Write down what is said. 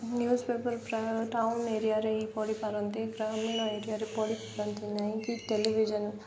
news paper ପ୍ରାୟ town ଏରିଆରେ ହି ପଢ଼ିପାରନ୍ତି ଗ୍ରାମୀଣ ଏରିଆରେ ପଢ଼ିପାରନ୍ତି ନାହିଁକି ଟେଲିଭିଜନ